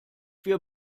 wir